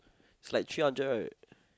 is like three hundred right